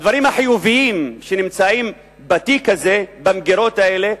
הדברים החיוביים שנמצאים בתיק הזה, במגירות האלה,